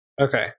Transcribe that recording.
Okay